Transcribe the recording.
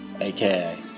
aka